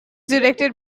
directed